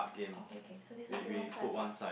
okay okay so this one put one side first